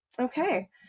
Okay